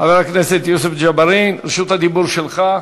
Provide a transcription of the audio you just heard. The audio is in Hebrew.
חבר הכנסת יוסף ג'בארין, רשות הדיבור שלך.